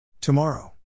Tomorrow